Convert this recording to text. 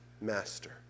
Master